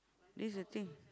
this the thing